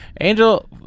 angel